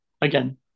again